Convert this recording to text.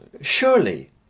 surely